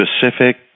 specific